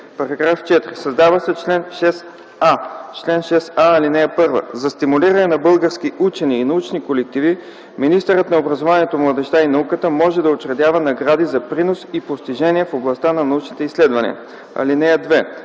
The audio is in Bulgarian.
§ 4: „§ 4. Създава се чл. 6а: „Чл. 6а. (1) За стимулиране на български учени и научни колективи министърът на образованието, младежта и науката може да учредява награди за принос и постижения в областта на научните изследвания. (2)